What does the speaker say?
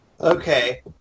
Okay